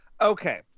Okay